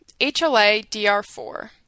HLA-DR4